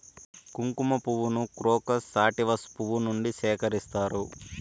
కుంకుమ పువ్వును crocus sativus పువ్వు నుండి సేకరిస్తారు